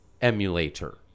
emulator